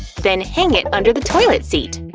then hang it under the toilet seat.